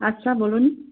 আচ্ছা বলুন